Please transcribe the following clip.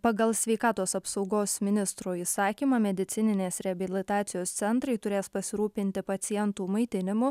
pagal sveikatos apsaugos ministro įsakymą medicininės reabilitacijos centrai turės pasirūpinti pacientų maitinimu